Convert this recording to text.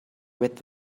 with